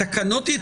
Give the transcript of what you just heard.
תבטלו את איסור